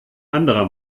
anderer